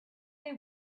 they